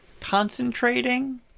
concentrating